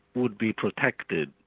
would be protected,